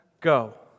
go